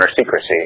secrecy